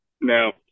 now